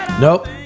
Nope